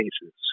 cases